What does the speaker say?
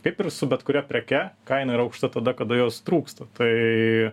kaip ir su bet kuria preke kaina yra aukšta tada kada jos trūksta tai